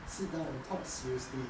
sit down and talk seriously